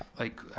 like,